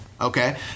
Okay